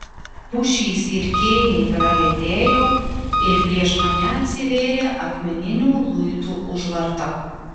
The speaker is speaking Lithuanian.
pušys ir kėniai praretėjo ir prieš mane atsivėrė akmeninių luitų užvarta